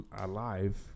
alive